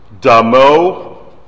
damo